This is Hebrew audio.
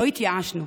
לא התייאשנו.